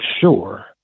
sure